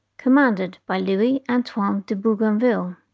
commanded by louis antoine de bougainville,